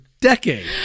Decade